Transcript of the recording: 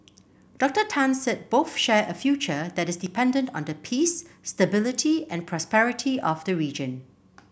Doctor Tan said both share a future that is dependent on the peace stability and prosperity of the region